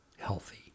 healthy